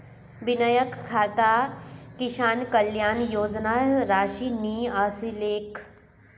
विनयकेर खातात किसान कल्याण योजनार राशि नि ओसलेक